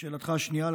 לשאלתך השנייה,